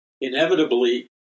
inevitably